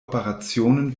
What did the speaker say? operationen